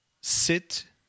sit